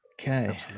Okay